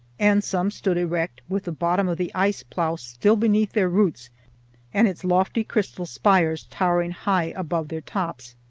and some stood erect, with the bottom of the ice plow still beneath their roots and its lofty crystal spires towering high above their tops.